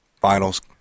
finals